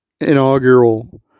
inaugural